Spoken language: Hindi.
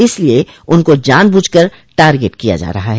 इसलिये उनको जानबूझ कर टारगेट किया जा रहा ह